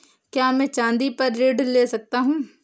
क्या मैं चाँदी पर ऋण ले सकता हूँ?